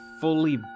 fully